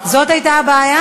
זאת הייתה הבעיה?